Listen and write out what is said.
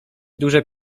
duże